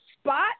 spot